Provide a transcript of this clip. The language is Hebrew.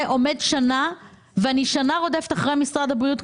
אני שנה רודפת אחרי משרד הבריאות,